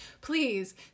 Please